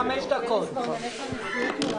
הישיבה